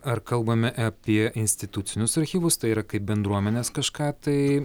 ar kalbame apie institucinius archyvus tai yra kaip bendruomenės kažką tai